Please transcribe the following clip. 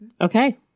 okay